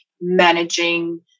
managing